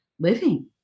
living